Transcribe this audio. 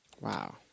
Wow